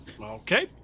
Okay